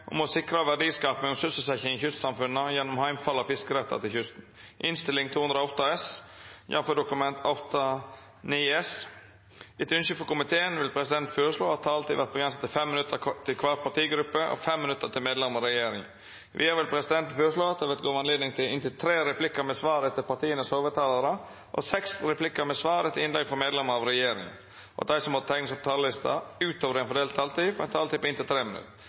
om ordet til sakene nr. 2 og 3. Etter ynske frå næringskomiteen vil presidenten føreslå at taletida vert avgrensa til 5 minutt til kvar partigruppe og 5 minutt til medlemer av regjeringa. Vidare vil presidenten føreslå at det vert gjeve anledning til inntil tre replikkar med svar etter innlegg frå hovudtalarane for kvar partigruppe og seks replikkar med svar etter innlegg frå medlemer av regjeringa, og at dei som måtte teikna seg på talarlista utover den fordelte taletida, får ei taletid på inntil 3 minutt.